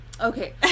Okay